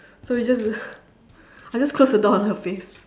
so we just I just close the door on her face